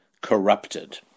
corrupted